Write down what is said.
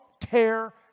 tear